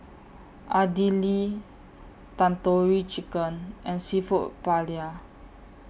Idili Tandoori Chicken and Seafood Paella